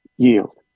yield